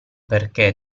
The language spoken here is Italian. perché